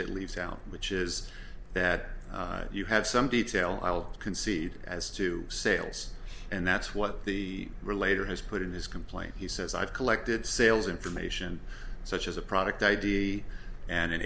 it leaves out which is that you have some detail i'll concede as to sales and that's what the relator has put in his complaint he says i've collected sales information such as a product id and an